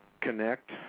connect